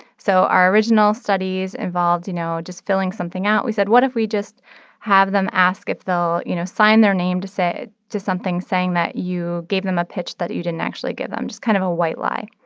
so our original studies involved, you know, just filling something out. we said, what if we just have them ask if they'll, you know, sign their name to say to something saying that you gave them a pitch that you didn't actually give them just kind of a white lie.